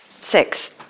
six